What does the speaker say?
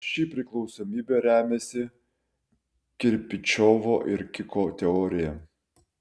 ši priklausomybė remiasi kirpičiovo ir kiko teorija